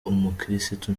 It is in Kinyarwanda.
umukirisitu